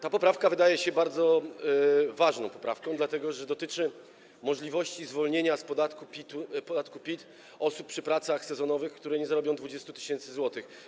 Ta poprawka wydaje się bardzo ważną poprawką, dlatego że dotyczy możliwości zwolnienia z podatku PIT osób zatrudnionych przy pracach sezonowych, które nie zarobią 20 tys. zł.